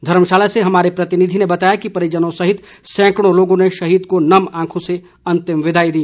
धर्मशाला से हमारे प्रतिनिधि में बताया कि परिजनों सहित सैंकड़ों लोगों ने शहीद को नम आंखों से अंतिम विदाई दी